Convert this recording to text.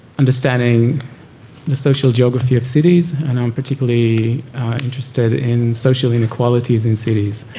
understanding the social geography of cities and i'm particularly interested in social inequalities in cities,